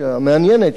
המעניינת,